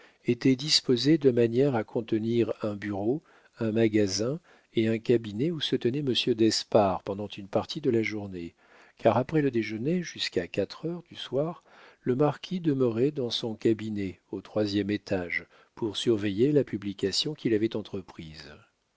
étaient disposées de manière à contenir un bureau un magasin et un cabinet où se tenait monsieur d'espard pendant une partie de la journée car après le déjeuner jusqu'à quatre heures du soir le marquis demeurait dans son cabinet au troisième étage pour surveiller la publication qu'il avait entreprise